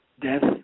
Death